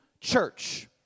church